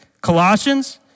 Colossians